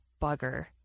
bugger